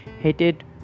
hated